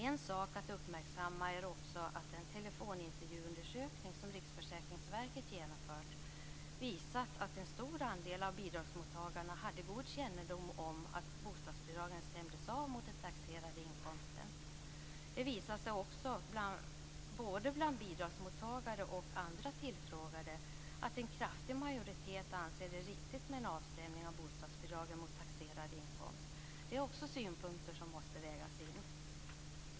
En sak som bör uppmärksammas är att den undersökning med telefonintervjuer som Riksförsäkringsverket har genomfört visar att en stor andel av bidragsmottagarna hade god kännedom om att bostadsbidragen stämdes av mot den taxerade inkomsten. Det visade sig också både bland bidragsmottagare och andra tillfrågade att en kraftig majoritet anser att det är riktigt med en avstämning av bostadsbidragen mot taxerad inkomst. Det är också synpunkter som måste vägas in.